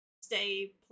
stay